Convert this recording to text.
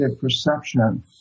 perception